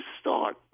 start